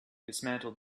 dismantled